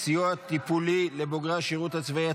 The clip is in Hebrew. סיוע טיפולי לבוגרי השירות הצבאי),